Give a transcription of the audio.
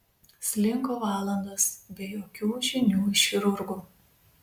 slinko valandos be jokių žinių iš chirurgų